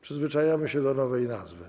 Przyzwyczajamy się do nowej nazwy.